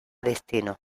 destino